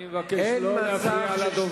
אני מבקש לא להפריע לדובר.